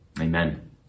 Amen